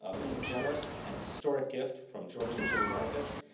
ah with a generous and historic gift from george and judy marcus.